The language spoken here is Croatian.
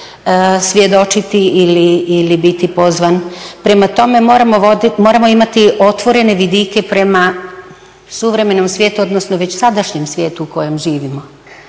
svjedočiti ili biti pozvan. Prema tome, moramo imati otvorene vidike prema suvremenom svijetu, odnosno već sadašnjem svijetu u kojem živimo.